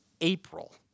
April